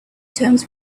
terms